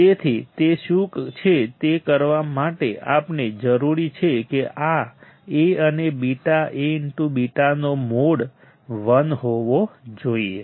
તેથી તે શું છે તે કરવા માટે આપણને જરૂરી છે કે આ A અને β Aβ નો મોડ 1 હોવો જોઈએ